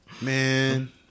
Man